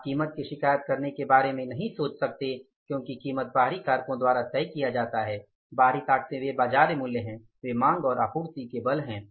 आप कीमत की शिकायत करने के बारे में नहीं सोच सकते क्योंकि कीमत बाहरी कारकों द्वारा तय की जाती है बाहरी ताकतें वे बाजार मूल्य हैं वे मांग और आपूर्ति बल हैं